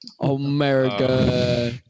America